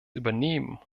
übernehmen